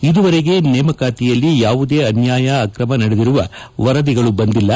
ಇದುವರೆಗೆ ನೇಮಕಾತಿಯಲ್ಲಿ ಯಾವುದೇ ಅನ್ಯಾಯ ಅಕ್ರಮ ನಡೆದಿರುವ ವರದಿಗಳು ಬಂದಿಲ್ಲ